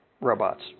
robots